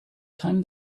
time